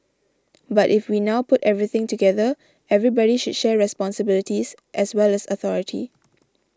but if we now put everything together everybody should share responsibilities as well as authority